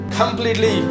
completely